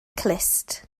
clust